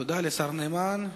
תודה לשר נאמן.